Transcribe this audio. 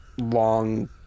long